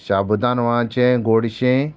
शाबुदान वांचें गोडशें